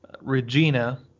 Regina